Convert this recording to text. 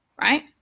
right